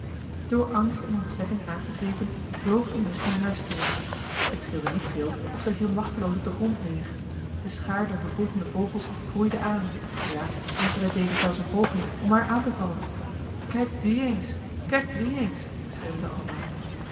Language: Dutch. door angst en ontzetting aangegrepen vloog de musch naar huis terug het scheelde niet veel of zij viel machteloos op den grond neer de schaar der vervolgende vogels groeide aan ja enkelen deden zelfs een poging om haar aan te vallen kijk die eens kijk die eens schreeuwden zij allemaal